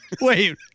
Wait